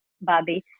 Bobby